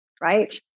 right